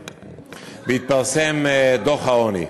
בהתפרסם דוח העוני.